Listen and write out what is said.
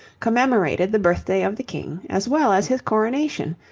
commemorated the birthday of the king as well as his coronation,